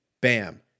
bam